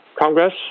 Congress